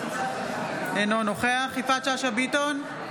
אינו נוכח יפעת שאשא ביטון,